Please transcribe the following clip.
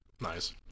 Nice